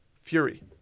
Fury